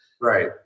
Right